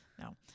No